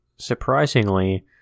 surprisingly